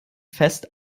fest